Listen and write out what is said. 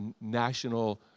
National